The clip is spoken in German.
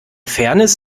fairness